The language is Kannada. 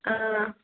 ಹಾಂ